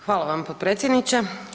Hvala vam potpredsjedniče.